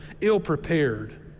ill-prepared